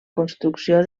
construcció